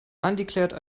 undeclared